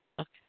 Okay